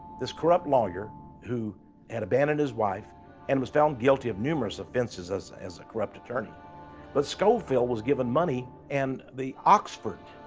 this corrupt lawyer who had abandoned his wife and was found guilty of numerous offenses as a corrupt attorney but scofield was given money, and the oxford